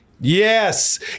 Yes